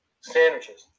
sandwiches